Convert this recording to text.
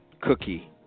cookie